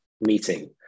meeting